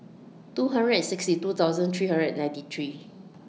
two hundred and sixty two thousand three hundred and ninety three